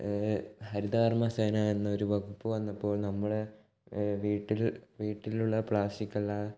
ഹരിതകർമ്മസേന എന്നൊരു വകുപ്പ് വന്നപ്പോൾ നമ്മളുടെ വീട്ടിൽ വീട്ടിലുള്ള പ്ലാസ്റ്റിക്കെല്ലാം